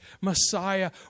Messiah